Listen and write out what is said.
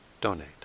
donate